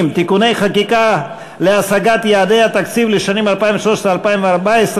אני קובע כי הצעת חוק התקציב לשנות הכספים 2013 ו-2014,